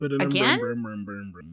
Again